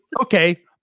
okay